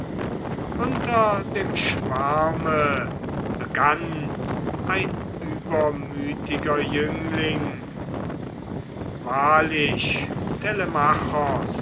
unter dem schwarme begann ein übermütiger jüngling wahrlich